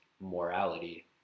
morality